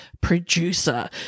producer